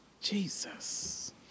Jesus